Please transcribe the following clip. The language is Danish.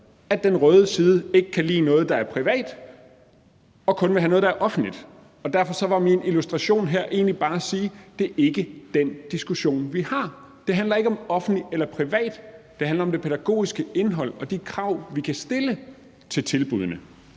at den røde side ikke kan lide noget, der er privat, og kun vil have noget, der er offentligt. Derfor var min illustration af det her egentlig bare, at det et ikke er den diskussion, vi har. Det handler ikke om offentligt eller privat. Det handler om det pædagogiske indhold og de krav, vi kan stille til tilbuddene.